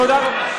תודה רבה.